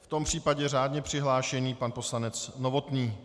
V tom případě řádně přihlášený pan poslanec Novotný.